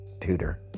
tutor